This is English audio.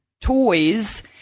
Toys